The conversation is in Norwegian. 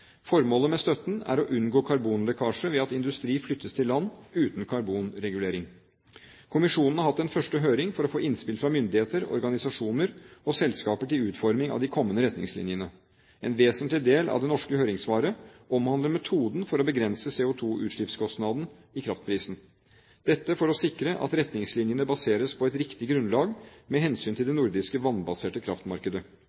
Formålet med støtten er å unngå karbonlekkasje ved at industri flyttes til land uten karbonregulering. Kommisjonen har hatt en første høring for å få innspill fra myndigheter, organisasjoner og selskaper til utformingen av de kommende retningslinjene. En vesentlig del av det norske høringssvaret omhandler metoden for å beregne CO2-utslippskostnaden i kraftprisen, dette for å sikre at retningslinjene baseres på et riktig grunnlag med hensyn til det